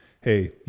hey